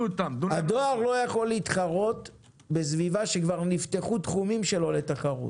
הדואר לא יכול להתחרות בסביבה שכבר נפתחו תחומים שלו לתחרות.